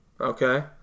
okay